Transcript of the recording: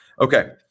Okay